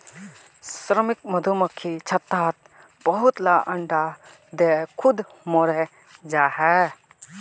श्रमिक मधुमक्खी छत्तात बहुत ला अंडा दें खुद मोरे जहा